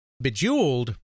Bejeweled